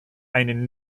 einen